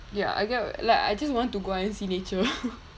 ya I get what y~ like I just want to go out and see nature